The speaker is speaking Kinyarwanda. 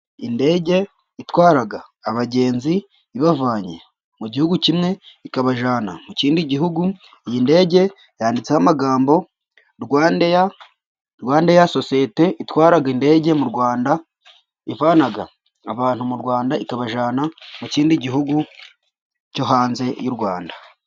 Indege itwara abagenzi, ibavanye mu gihugu kimwe, ikabajyana mu kindi gihugu, iyi ndege yanditseho amagambo RwandAir . Rwandair sosiyete itwara indege mu Rwanda, ivana abantu mu Rwanda ikabajyana mu kindi gihugu cyo hanze y'u Rwanda.